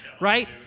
Right